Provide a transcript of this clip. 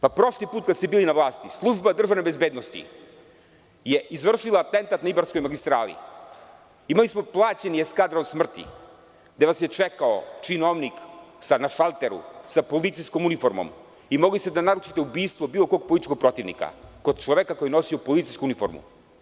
Prošli put kada ste bili na vlasti, služba DB je izvršila atentat na Ibarskoj magistrali, imali smo plaćeni eskadron smrti, gde vas je čekao činovnik, sada na šalteru sa policijskom uniformom i mogli ste da naručite ubistvo bilo kog političkog protivnika kod čoveka koji nosi policijsku uniformu.